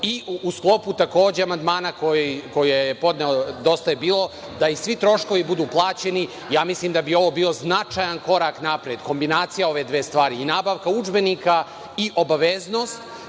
i u sklopu takođe amandmana koji je podneo DJB, da i svi troškovi budu plaćeni, ja mislim da bi ovo bio značajan korak napred, kombinacija ove dve stvari, i nabavka udžbenika i obaveznost,